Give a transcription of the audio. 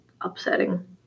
upsetting